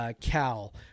Cal